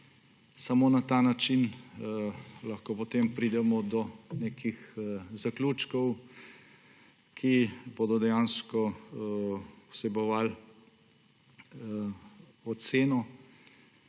Samo na ta način lahko potem pridemo do nekih zaključkov, ki bodo vsebovali oceno,